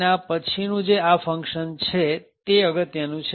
તેના પછીનું આ જે ફંક્શન છે તે અગત્યનું છે